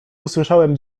usłyszałam